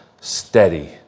steady